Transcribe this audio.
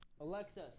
Alexa